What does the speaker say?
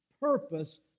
purpose